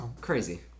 crazy